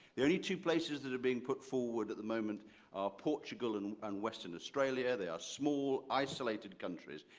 the only two places that are being put forward at the moment are portugal and and western australia. they are small, isolated countries.